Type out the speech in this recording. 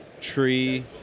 tree